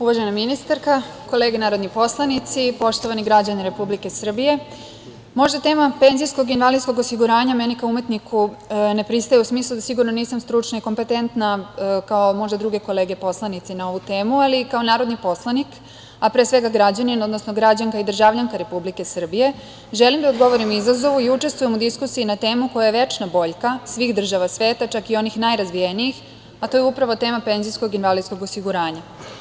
Uvažena ministarka, kolege narodni poslanici, poštovani građani Republike Srbije, možda tema penzijskog i invalidskog osiguranja meni kao umetniku ne pristaje u smislu da sigurno nisam stručna i kompetentna kao možda druge kolege poslanici na ovu temu, ali kao narodni poslanik, a pre svega građanin, odnosno građanka i državljanka Republike Srbije želim da odgovorim izazovu i učestvujem u diskusiji na temu koja je večna boljka svih država sveta, čak i onih najrazvijenijih, a to je upravo tema penzijskog i invalidskog osiguranja.